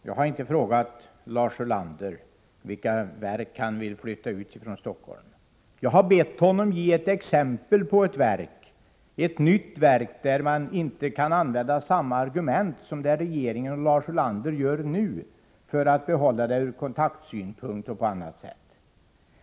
Herr talman! Jag har inte frågat Lars Ulander vilka verk han vill flytta ut från Stockholm. Jag har bett honom att ge ett exempel på ett nytt verk där man inte kan använda samma argument som regeringen och Lars Ulander använder nu, för att behålla det ur kontaktsynpunkt m.m.